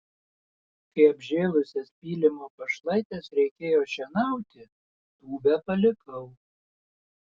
kai apžėlusias pylimo pašlaites reikėjo šienauti tūbę palikau